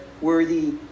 worthy